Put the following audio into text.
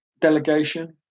delegation